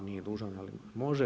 Nije dužan, ali može.